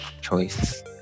choice